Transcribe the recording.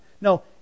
No